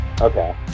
Okay